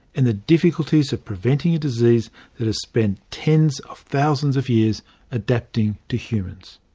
and the difficulties of preventing a disease that has spent tens of thousands of years adapting to humans.